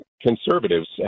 conservatives